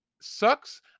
sucks